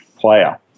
player